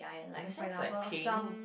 in that sense like paying